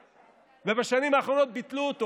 ובשנים האחרונות ביטלו אותו,